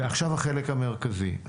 עכשיו החלק המרכזי לנציגי המבקר,